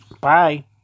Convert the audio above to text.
Bye